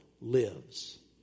lives